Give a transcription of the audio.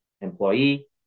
employee